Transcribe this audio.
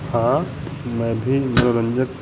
हाँ मैं भी मनोरंजक